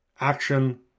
action